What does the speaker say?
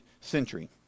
century